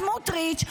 סמוטריץ',